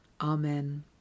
Amen